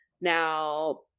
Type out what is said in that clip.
now